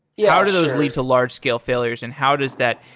yeah how do those lead to large scale failures, and how does that,